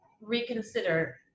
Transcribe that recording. reconsider